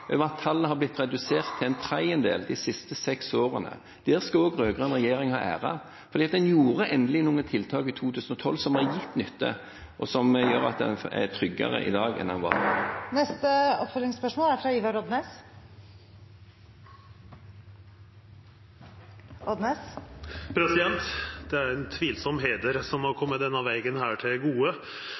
over at tallet har blitt redusert til en tredjedel de siste seks årene. Det skal også den rød-grønne regjeringen ha ære for, for en gjorde endelig i 2012 noen tiltak som har gitt resultat, og som gjør at en er tryggere i dag enn en har vært. Ivar Odnes – til oppfølgingsspørsmål. Det er ein tvilsam heider som er komen denne vegen til gode.